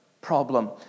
problem